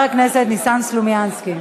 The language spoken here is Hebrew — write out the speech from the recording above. חבר הכנסת ניסן סלומינסקי.